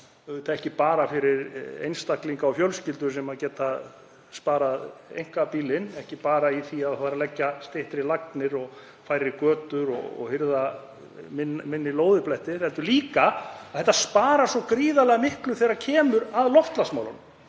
framtíðar, ekki bara fyrir einstaklinga og fjölskyldur sem geta sparað einkabílinn, ekki bara í því að það þarf að leggja styttri lagnir og færri götur og að hirða minni lóðabletti, heldur sparar þetta líka svo gríðarlega mikið þegar kemur að loftslagsmálunum.